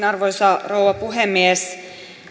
arvoisa rouva puhemies